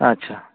ᱟᱪᱪᱷᱟ